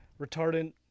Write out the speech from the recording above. retardant